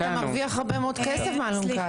אתה מרוויח הרבה מאוד כסף מהאלונקה הזאת.